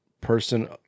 person